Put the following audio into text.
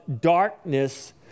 darkness